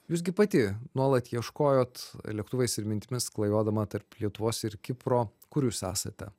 jūs gi pati nuolat ieškojot lėktuvais ir mintimis klajodama tarp lietuvos ir kipro kur jūs esate